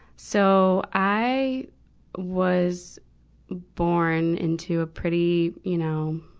so, i was born into a pretty, you know,